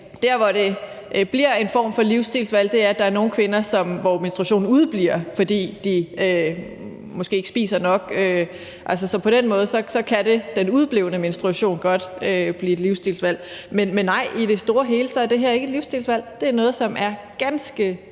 Der, hvor det bliver en form for livsstilsvalg, er, at der er nogle kvinder, som menstruationen udebliver hos, fordi de måske ikke spiser nok. Så på den måde kan den udeblevne menstruation godt blive et livsstilsvalg. Men nej, i det store hele er det ikke et livsstilsvalg; det er noget, som er ganske